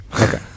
Okay